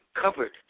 covered